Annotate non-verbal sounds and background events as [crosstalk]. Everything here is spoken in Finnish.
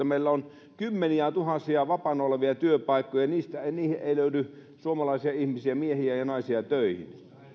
[unintelligible] meillä on kymmeniätuhansia vapaana olevia työpaikkoja ja niihin ei löydy suomalaisia ihmisiä miehiä ja naisia töihin